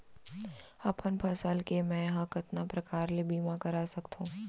अपन फसल के मै ह कतका प्रकार ले बीमा करा सकथो?